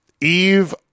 Eve